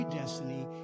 destiny